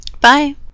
Bye